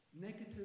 negative